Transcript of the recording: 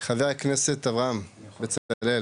חבר הכנסת אברהם בצלאל,